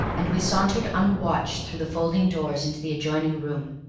and we sauntered unwatched through the folding-doors into the adjoining room.